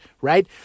right